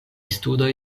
studoj